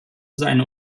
seine